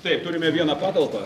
taip turime vieną patalpą